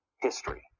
history